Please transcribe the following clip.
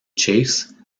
chase